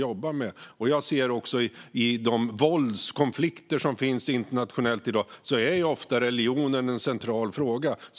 Jag ser också att i de våldkonflikter som i dag finns internationellt är religionen ofta en central fråga.